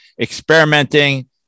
experimenting